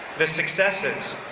the successes,